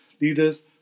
leaders